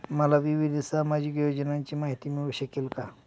मला विविध सामाजिक योजनांची माहिती मिळू शकेल का?